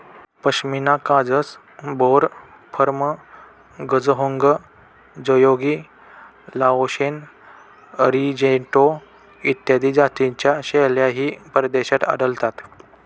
पश्मिना काजस, बोर, फर्म, गझहोंग, जयोगी, लाओशन, अरिजेंटो इत्यादी जातींच्या शेळ्याही परदेशात आढळतात